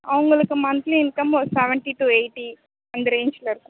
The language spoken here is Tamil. அவங்களுக்கு மந்த்லி இன்கம் ஒரு செவன்ட்டி டு எயிட்டி அந்த ரேஞ்ச்சில் இருக்கும்